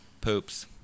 Poops